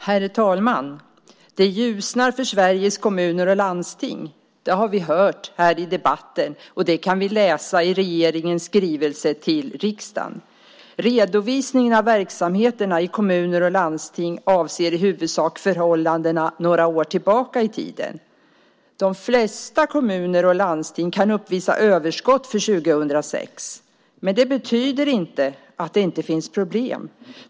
Herr talman! Det ljusnar för Sveriges kommuner och landsting. Det har vi hört här i debatten, och det kan vi läsa i regeringens skrivelse till riksdagen. Redovisningen av verksamheterna i kommuner och landsting avser i huvudsak förhållandena några år tillbaka i tiden. De flesta kommuner och landsting kan uppvisa överskott för 2006, men det betyder inte att det inte finns problem.